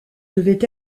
devait